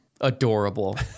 Adorable